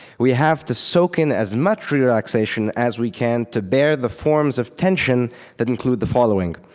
we have to soak in as much relaxation as we can to bear the forms of tension that include the following.